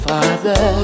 Father